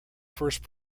first